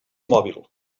mòbil